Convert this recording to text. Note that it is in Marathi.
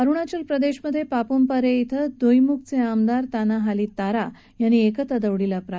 अरुणाचल प्रदेशमधे पाप्म्पारे इथं दोईम्खचे आमदार ताना हाली तारा यांनी एकता दौडीला प्रारंभ केला